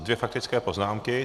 Dvě faktické poznámky.